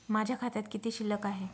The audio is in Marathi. माझ्या खात्यात किती शिल्लक आहे?